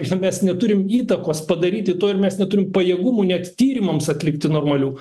mes neturim įtakos padaryti to ir mes neturim pajėgumų net tyrimams atlikti normalių